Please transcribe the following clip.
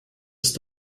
ist